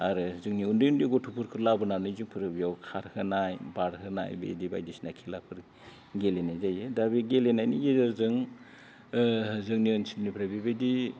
आरो जोंनियाव उन्दै उन्दै गथ'फोरखौ लाबोनानै जेफोर खारहोनाय बारहोनाय बिदि बायदिसिना खेलाफोर गेलेनाय जायो दा बे गेलेनायनि गेजेरजों जोंनि ओनसोलनिफ्राय बेबायदि